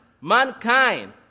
Mankind